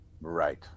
Right